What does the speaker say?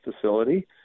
facility